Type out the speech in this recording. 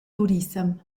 turissem